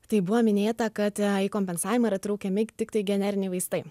tai buvo minėta kad a į kompensavimą yra traukiami tik tai generiniai vaistai